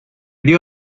dió